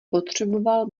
potřeboval